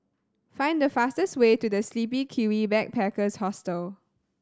find the fastest way to The Sleepy Kiwi Backpackers Hostel